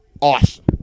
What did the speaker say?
awesome